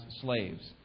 slaves